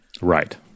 Right